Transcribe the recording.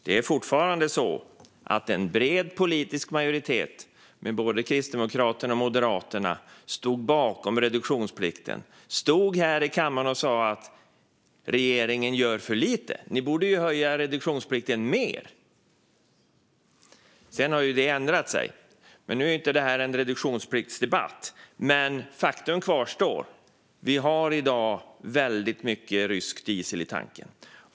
Det är fortfarande så att en bred politisk majoritet med både Kristdemokraterna och Moderaterna stod bakom reduktionsplikten. Man stod här i kammaren och sa att regeringen gör för lite och borde höja reduktionsplikten mer. Sedan har det ändrat sig. Nu är det här inte en reduktionspliktsdebatt, men faktum kvarstår: Vi har i dag väldigt mycket rysk diesel i tanken.